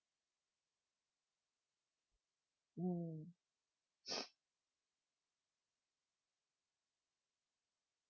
mm